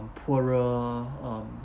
poorer um